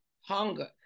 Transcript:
hunger